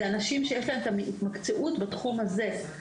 אנשים שיש להם את ההתמקצעות בתחום הזה.